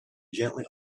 gently